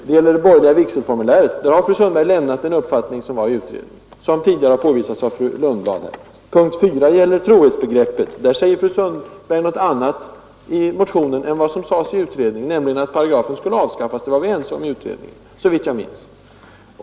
I fråga om det borgerliga vigselformuläret har fru Sundberg lämnat den uppfattning som hon företrädde i utredningen. Detta har tidigare påvisats av fru Lundblad. Punkt 4 gäller trohetsbegreppet. Där säger fru Sundberg något annat i motionen än vad som sades i utredningen, nämligen att paragrafen skulle avskaffas. Det var vi ense om i utredningen, såvitt jag minns.